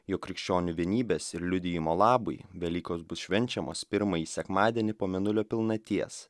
jog krikščionių vienybės ir liudijimo labui velykos bus švenčiamos pirmąjį sekmadienį po mėnulio pilnaties